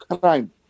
crime